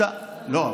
לא,